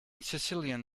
sicilian